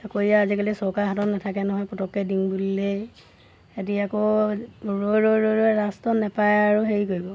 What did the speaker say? চাকৰি আজিকালি চৰকাৰী হাতত নাথাকে নহয় পটককে দিম বুলিলেই আকৌ ৰৈ ৰৈ ৰৈ ৰৈ লাষ্টত নেপায় আৰু হেৰি কৰিব